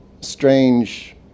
strange